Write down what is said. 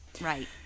Right